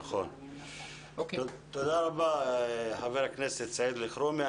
תודה רבה חבר הכנסת סעיד אלחרומי.